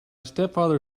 stepfather